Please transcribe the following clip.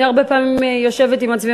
אני הרבה פעמים יושבת עם מצביעים,